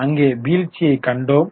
அங்கே வீழ்ச்சியை கண்டோம்